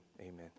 amen